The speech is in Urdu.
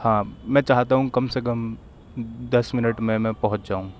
ہاں میں چاہتا ہوں کم سے کم دس مِنٹ میں میں پہنچ جاؤں